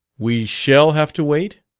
we shall have to wait?